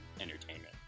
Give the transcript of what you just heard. entertainment